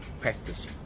practice